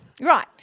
Right